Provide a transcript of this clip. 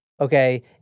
Okay